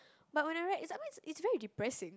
but when I read it's like what it's very depressing